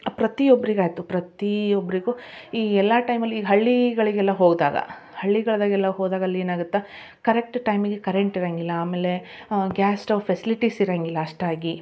ಪ್ರತಿಯೊಬ್ರಿಗೆ ಆಯಿತು ಪ್ರತೀ ಒಬ್ಬರಿಗೂ ಈ ಎಲ್ಲ ಟೈಮಲ್ಲಿ ಈಗ ಹಳ್ಳೀಗಳಿಗೆಲ್ಲ ಹೋದಾಗ ಹಳ್ಳಿಗಳಿಗೆಲ್ಲ ಹೋದಾಗ ಅಲ್ಲೇನು ಆಗುತ್ತೆ ಕರೆಕ್ಟ್ ಟೈಮಿಗೆ ಕರೆಂಟ್ ಇರೋಂಗಿಲ್ಲ ಆಮೇಲೆ ಗ್ಯಾಸ್ ಸ್ಟವ್ ಫೆಸಿಲಿಟೀಸ್ ಇರೋಂಗಿಲ್ಲ ಅಷ್ಟಾಗಿ